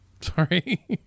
Sorry